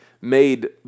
made